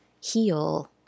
heal